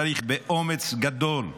צריך באומץ גדול,